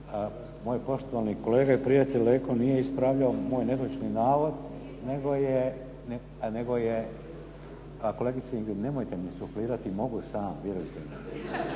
Moj poštovani kolega i prijatelj Leko nije ispravljao moj netočni navod, nego je. Kolegice Ingrid nemojte mi suflirati, mogu sam, vjerujte mi!